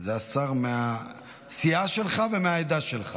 זה השר מהסיעה שלך ומהעדה שלך.